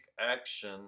action